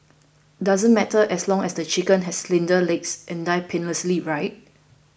doesn't matter as long as the chicken has slender legs and died painlessly right